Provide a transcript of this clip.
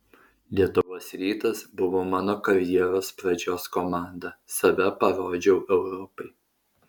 lietuvos rytas buvo mano karjeros pradžios komanda save parodžiau europai